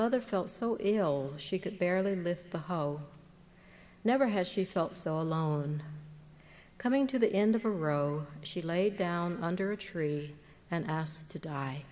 mother felt so ill she could barely lift the hoe never had she felt so alone coming to the end of a row she laid down under a tree and asked to die